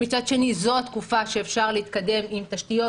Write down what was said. מצד שני זו התקופה שאפשר להתקדם עם תשתיות,